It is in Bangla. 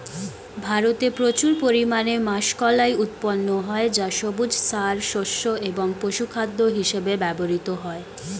ভারতে প্রচুর পরিমাণে মাষকলাই উৎপন্ন হয় যা সবুজ সার, শস্য এবং পশুখাদ্য হিসেবে ব্যবহৃত হয়